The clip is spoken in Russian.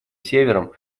севером